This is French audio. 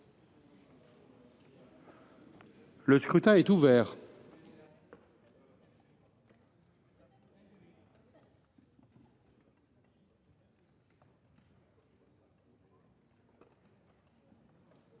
Le scrutin est ouvert.